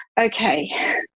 okay